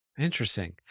Interesting